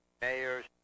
mayors